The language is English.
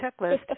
checklist